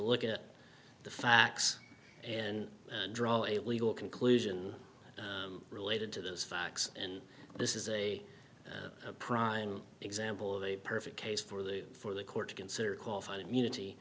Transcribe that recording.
look at the facts and draw a legal conclusion related to those facts and this is a prime example of a perfect case for the for the court to consider qualified immunity